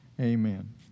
Amen